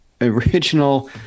original